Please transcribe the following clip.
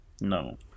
no